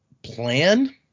plan